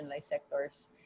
sectors